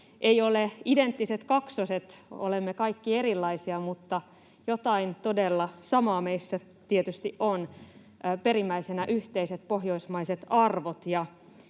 ole identtiset kaksoset, olemme kaikki erilaisia, mutta jotain todella samaa meissä tietysti on: perimmäisenä yhteiset pohjoismaiset arvot